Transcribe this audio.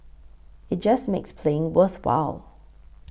it just makes playing worthwhile